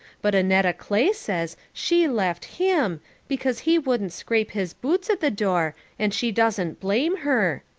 but annetta clay says she left him because he wouldn't scrape his boots at the door and she doesn't blame her.